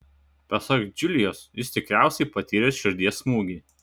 pasak džiulijos jis tikriausiai patyręs širdies smūgį